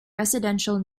residential